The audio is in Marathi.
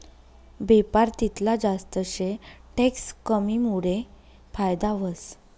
बेपार तितला जास्त शे टैक्स कमीमुडे फायदा व्हस